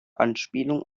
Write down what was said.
anspielung